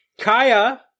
Kaya